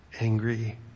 angry